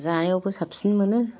जानायावबो साबसिन मोनो